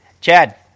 Chad